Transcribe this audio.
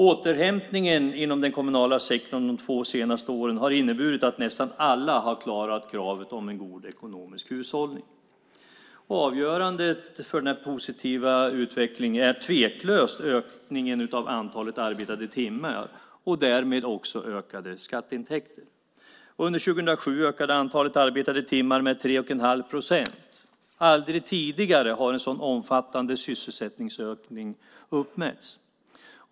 Återhämtningen inom den kommunala sektorn de två senaste åren har inneburit att nästan alla har klarat kravet om en god ekonomisk hushållning. Avgörande för den positiva utvecklingen är tveklöst ökningen av antalet arbetade timmar och därmed också ökade skatteintäkter. Under 2007 ökade antalet arbetade timmar med 3 1⁄2 procent. Aldrig tidigare har en så omfattande sysselsättningsökning uppmätts.